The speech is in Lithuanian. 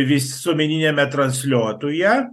visuomeniniame transliuotuje